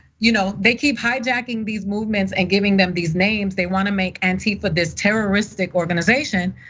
you know they keep hijacking these movements and giving them these names, they wanna make antifa this terroristic organization.